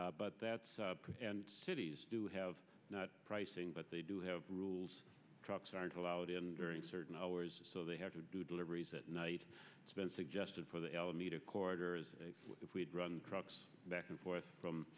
but that's cities do have not pricing but they do have rules trucks aren't allowed in during certain hours so they have to do deliveries at night it's been suggested for the alameda corridor as if we'd run trucks back and forth from